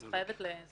אני חייבת.